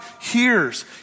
hears